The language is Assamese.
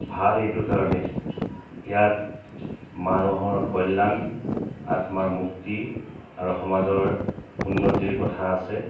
ভাল এইটো কাৰণেই ইয়াত মানুহৰ কল্যাণ আত্মাৰ মুক্তি আৰু সমাজৰ উন্নতিৰ কথা আছে